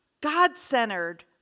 God-centered